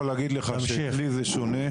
אני יכול להגיד לך שאצלי זה שונה,